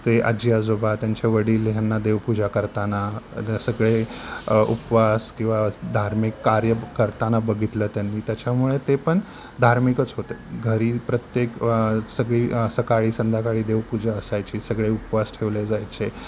ते आजी आजोबा त्यांचे वडील ह्यांना देवपूजा करताना सगळे उपवास किंवा धार्मिक कार्य करताना बघितलं त्यांनी त्याच्यामुळे ते पण धार्मिकच होतं घरी प्रत्येक सगळी सकाळी संध्याकाळी देवपूजा असायची सगळे उपवास ठेवले जायचे